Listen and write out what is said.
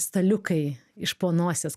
staliukai iš po nosies